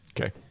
Okay